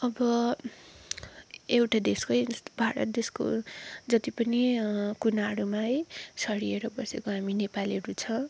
अब एउटा देशकै हेर्नुहोस् भारत देशको जति पनि कुनाहरूमा है छरिएर बसेका हामी नेपालीहरू छ